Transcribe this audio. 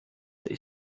they